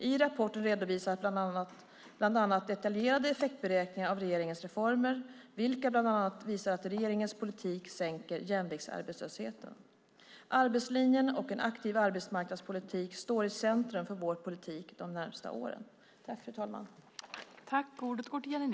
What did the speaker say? I rapporten redovisas bland annat detaljerade effektberäkningar av regeringens reformer, vilka bland annat visar att regeringens politik sänker jämviktsarbetslösheten. Arbetslinjen och en aktiv arbetsmarknadspolitik står i centrum för vår politik de närmaste åren.